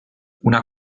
una